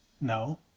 No